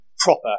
proper